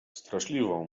straszliwą